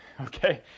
okay